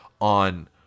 on